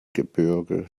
gebirge